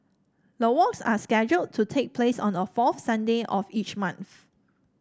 the walks are scheduled to take place on the fourth Sunday of each month